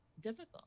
difficult